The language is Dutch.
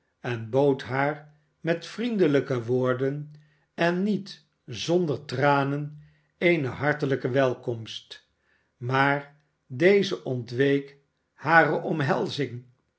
en bood haar met vriendelijke woorden en niet zonder tranen eene hartelijke welkomst maar deze ontweek hare omhelzing